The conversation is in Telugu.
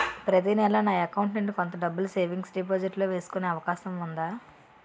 ప్రతి నెల నా అకౌంట్ నుండి కొంత డబ్బులు సేవింగ్స్ డెపోసిట్ లో వేసుకునే అవకాశం ఉందా?